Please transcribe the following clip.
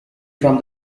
from